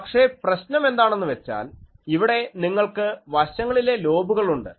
പക്ഷേ പ്രശ്നം എന്താണെന്ന് വച്ചാൽ ഇവിടെ നിങ്ങൾക്ക് വശങ്ങളിലെ ലോബുകളുണ്ട്